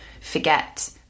forget